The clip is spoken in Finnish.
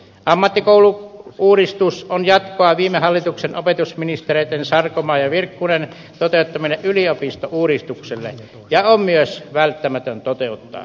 ammattikorkeakoulu uudistus on jatkoa viime hallituksen opetusministereitten sarkomaa ja virkkunen toteuttamalle yliopistouudistukselle ja on myös välttämätön toteuttaa